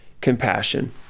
compassion